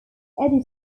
founding